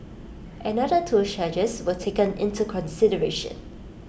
another two charges were taken into consideration